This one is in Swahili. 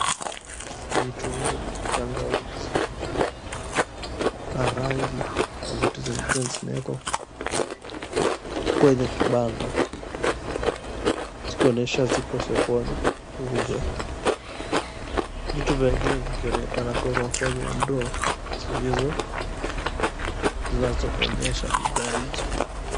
Vitunguu, tangawizi na rangi na vitu zingine zimewekwa kwenye kibanda zikionyesha ziko sokoni kuuzwa, vitu zingine vikionekana kuwekwa kwenye ndoo zinazoonyesha bidhaa hizo.